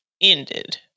ended